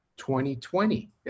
2020